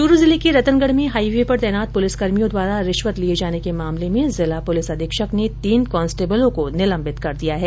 च्रू जिले के रतनगढ में हाईवे पर तैनात पुलिसकर्मियों द्वारा रिश्वत लिये जाने के मामले में जिला पुलिस अधीक्षक ने तीन कांस्टेबलों को निलंबित कर दिया है